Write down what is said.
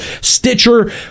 Stitcher